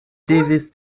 devis